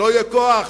לא יהיה כוח,